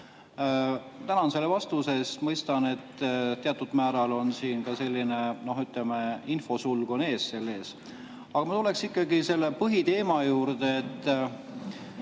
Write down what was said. Tänan selle vastuses eest! Mõistan, et teatud määral on siin ka selline, noh, ütleme, infosulg ees. Aga ma tuleks ikkagi selle põhiteema juurde.